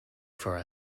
for